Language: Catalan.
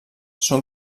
són